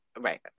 Right